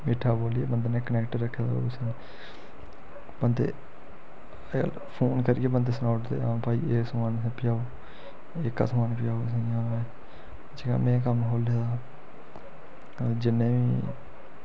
मिट्ठा बोलियै बंदे ने कनैक्ट रक्खे दा कुसै ने बंदे फोन फिर करियै बंदे सनाउड़दे हां भाई एह् समान पजाओ एह्का समान पजाओ असें हां असें में एह् कम्म खोले दा कन्नै जिन्ने बी